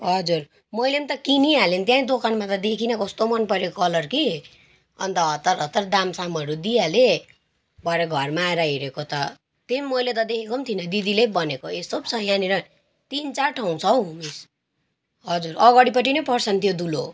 हजुर मैले पनि त किनिहालेँ नि त्यहीँ दोकानमा त देखिनँ कस्तो मन पऱ्यो कलर कि अन्त हतार हतार दाम सामहरू दिइहालेँ भरे घरमा आएर हेरेको त त्यही मैले त देखेको पनि थिइनँ दिदीले पो भनेको यस्तो पो छ यहाँनिर तिन चार ठाउँ छ हौ हजुर अघाडिपट्टि नै पर्छ नि त्यो दुलो